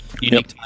unique